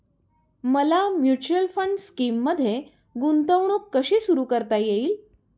मला mutual fund स्कीममध्ये गुंतवणूक कशी सुरू करता येईल?